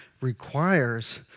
requires